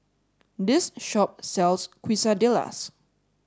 this shop sells Quesadillas